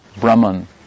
Brahman